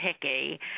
picky